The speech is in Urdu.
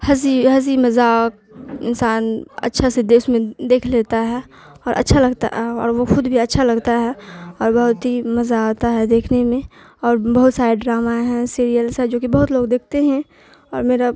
ہنسی ہنسی مذاک انسان اچھا سے دیس میں دیکھ لیتا ہے اور اچھا لگتا ہے اور وہ خود بھی اچھا لگتا ہے اور بہت ہی مزہ آتا ہے دیکھنے میں اور بہت سارے ڈراما ہیں سیریلس ہے جو کہ بہت لوگ دیکھتے ہیں اور میرا